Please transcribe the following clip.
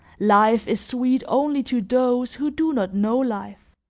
life is sweet only to those who do not know life.